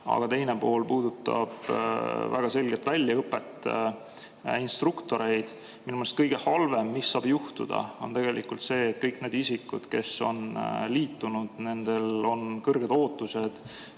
aga teine pool puudutab väga selgelt väljaõpet ja instruktoreid. Minu meelest kõige halvem, mis saab juhtuda, on see, et kõigil nendel isikutel, kes on liitunud, on kõrged ootused,